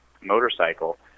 motorcycle